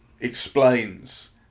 explains